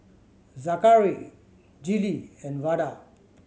Zackary Gillie and Vada